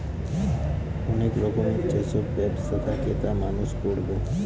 অনেক রকমের যেসব ব্যবসা থাকে তা মানুষ করবে